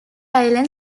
island